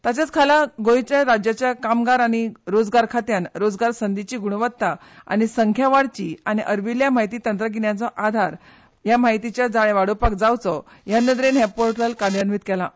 ताच्याच खाला गोंय राज्याच्या कामगार आनी रोजगार खात्यांन रोजगार संदींची ग्रणवत्ता आनी संख्या वाडची आनी आर्विल्ल्या म्हायती तंत्रगिन्यानाचो आधार माहितीचें हें जाळें वाडोवपाक जावचो हे नदरेन हें पोर्टल कार्यान्वीत केलां